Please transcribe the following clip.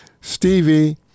Stevie